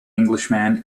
englishman